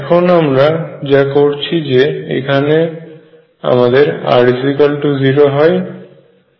এখন আমরা যা করছি যে এখানে আমদের r0 হয়